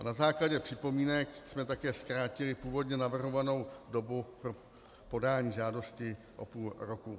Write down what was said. Na základě připomínek jsme také zkrátili původně navrhovanou dobu pro podání žádosti o půl roku.